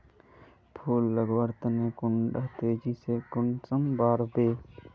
फुल लगवार तने कुंडा तेजी से कुंसम बार वे?